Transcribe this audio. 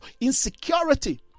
insecurity